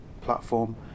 platform